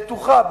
בטוחה,